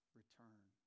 return